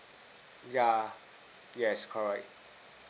yeah yes correct